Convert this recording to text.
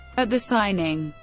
at the signing,